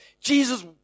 Jesus